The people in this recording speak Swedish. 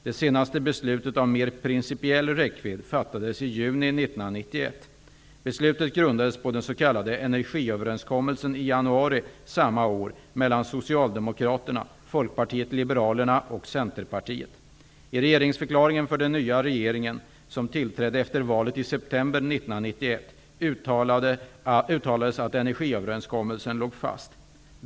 Det senaste beslutet av mer principiell räckvidd fattades i juni regeringsförklaringen för den nya regering som tillträdde efter valet i september 1991 uttalades att energiöverenskommelsen låg fast.